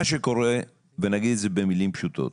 מה שקורה, ונגיד את זה במילים פשוטות,